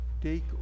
take